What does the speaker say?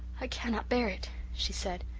i cannot bear it, she said.